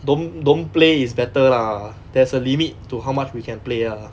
don't don't play is better lah there's a limit to how much we can play lah